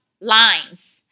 lines